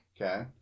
Okay